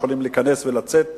ויכולים להיכנס ולצאת.